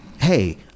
hey